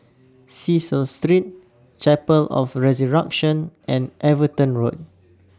Cecil Street Chapel of The Resurrection and Everton Road